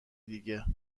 دیگه